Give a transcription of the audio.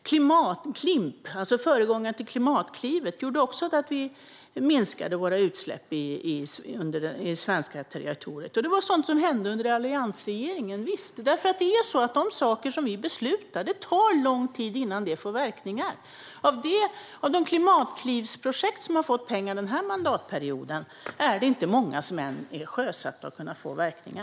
Klimp, alltså föregångaren till Klimatklivet, gjorde att vi minskade våra utsläpp på det svenska territoriet. Visst - det var sådant som hände under alliansregeringen, för det tar lång tid innan de saker som vi beslutar om får verkningar. Av de klimatklivsprojekt som har fått pengar den här mandatperioden är det inte många som är sjösatta och kan få verkningar.